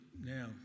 now